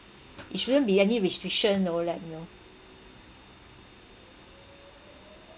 it shouldn't be any restriction no like you know